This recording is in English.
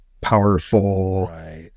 powerful